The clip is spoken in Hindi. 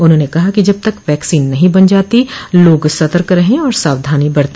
उन्होंने कहा कि जब तक वैक्सीन नहीं बन जाती है लोग सतर्क रहे और सावधानी बरते